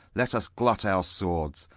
let us glut our swords,